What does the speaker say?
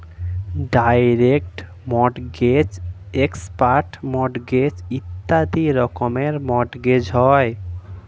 direct mortgage, expert mortgage ইত্যাদি রকমের mortgage হয়